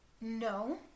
no